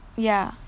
ya